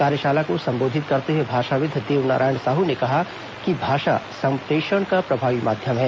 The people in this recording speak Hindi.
कार्यशाला को संबोधित करते हुए भाषाविद देव नारायण साहू ने कहा कि भाषा संप्रेषण का प्रभावी माध्यम है